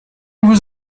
was